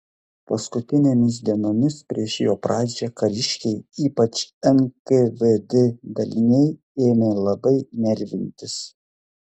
paskutinėmis dienomis prieš jo pradžią kariškiai ypač nkvd daliniai ėmė labai nervintis